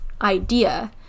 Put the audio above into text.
idea